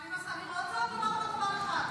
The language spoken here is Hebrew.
אני רוצה רק לומר לך דבר אחד.